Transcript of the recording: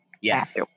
Yes